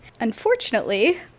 Unfortunately